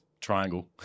triangle